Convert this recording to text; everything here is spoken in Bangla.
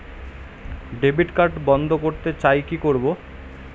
ডেবিট কার্ড বন্ধ করতে চাই কি করব?